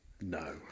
No